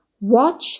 Watch